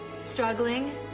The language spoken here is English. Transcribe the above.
struggling